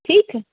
ठीक है